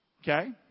Okay